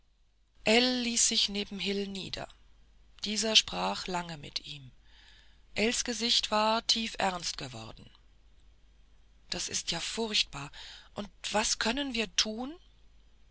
ließ sich neben hil nieder dieser sprach lange mit ihm ells gesicht war tiefernst geworden das ist ja furchtbar sagte er und was können wir tun